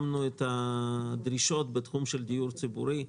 שמנו את הדרישות בתחום של דיור ציבורי.